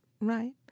right